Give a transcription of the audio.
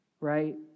right